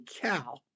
cow